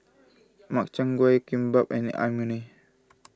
Makchang Gui Kimbap and Imoni